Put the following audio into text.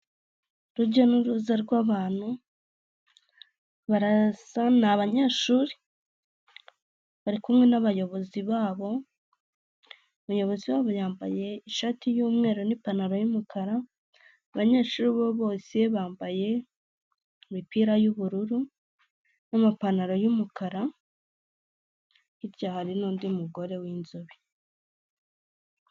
Urujya n'uruza rw'abantu barasa ni abanyeshuri, bari kumwe n'abayobozi babo, umuyobozi wabo yambaye ishati y'umweru n'ipantaro y'umukara, abanyeshuri bose bambaye imipira y'ubururu n'amapantaro y'umukara hirya hari n'undi mugore w'inzobe.